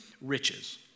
riches